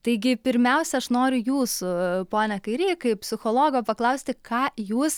taigi pirmiausia aš noriu jūsų pone kairy kaip psichologo paklausti ką jūs